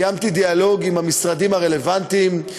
קיימתי דיאלוג עם המשרדים הרלוונטיים,